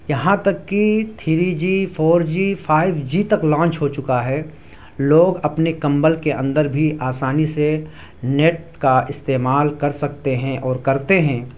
یہاں تک کہ three G four G five G تک لانچ ہو چکا ہے لوگ اپنے کمبل کے اندر بھی آسانی سے نیٹ کا استعمال کر سکتے ہیں اور کرتے ہیں